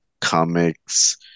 comics